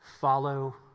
Follow